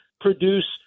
produce